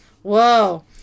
Whoa